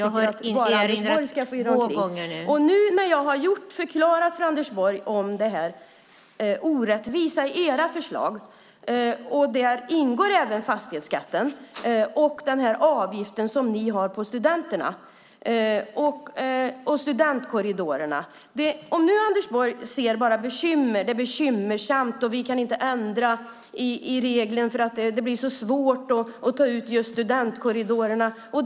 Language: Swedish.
Nu har jag förklarat för Anders Borg det orättvisa i förslaget där fastighetsskatten ingår liksom den avgift som regeringen har på studentkorridorerna. Anders Borg ser bara bekymmer, att det är bekymmersamt och att vi inte kan ändra i reglerna eftersom det blir svårt att ta ut just studentkorridorerna.